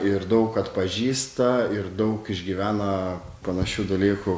ir daug atpažįsta ir daug išgyvena panašių dalykų